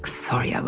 sorry, um